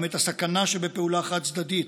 גם את הסכנה שבפעולה חד-צדדית,